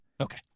Okay